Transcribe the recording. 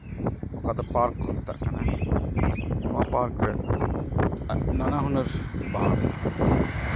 ᱚᱠᱟ ᱫᱚ ᱯᱟᱨᱠ ᱠᱚ ᱢᱮᱛᱟᱜ ᱠᱟᱱᱟ ᱱᱚᱣᱟ ᱯᱟᱨᱠ ᱨᱮ ᱱᱟᱱᱟ ᱦᱩᱱᱟᱹᱨ ᱵᱟᱦᱟ ᱢᱮᱱᱟᱜᱼᱟ